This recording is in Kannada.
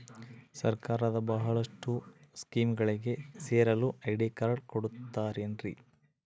ಸರ್ಕಾರದ ಬಹಳಷ್ಟು ಸ್ಕೇಮುಗಳಿಗೆ ಸೇರಲು ಐ.ಡಿ ಕಾರ್ಡ್ ಕೊಡುತ್ತಾರೇನ್ರಿ?